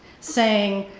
saying,